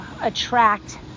attract